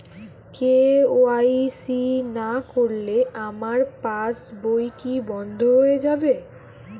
KYC না করলে আমার পাশ বই কি বন্ধ হয়ে যাবে?